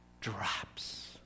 drops